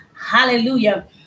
hallelujah